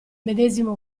medesimo